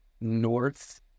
north